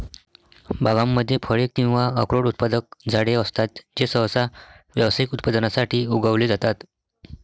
बागांमध्ये फळे किंवा अक्रोड उत्पादक झाडे असतात जे सहसा व्यावसायिक उत्पादनासाठी उगवले जातात